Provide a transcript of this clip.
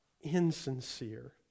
insincere